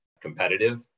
competitive